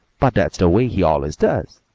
but that's the way he always does.